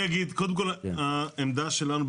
העמדה שלנו,